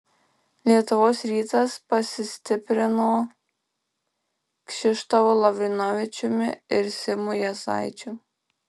lietuvos rytas pasistiprino kšištofu lavrinovičiumi ir simu jasaičiu